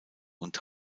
und